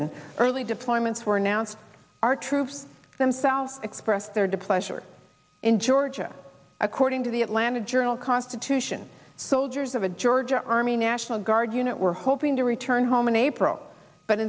and early deployments were announced our troops themselves expressed their displeasure in georgia according to the atlanta journal constitution soldiers of a georgia army national guard unit were hoping to return home in april but